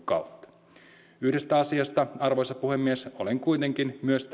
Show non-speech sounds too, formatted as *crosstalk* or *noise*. kautta yhdestä asiasta arvoisa puhemies olen kuitenkin myös *unintelligible*